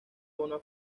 una